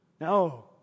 No